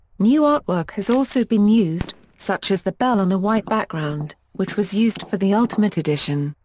new artwork has also been used, such as the bell on a white background, which was used for the ultimate edition,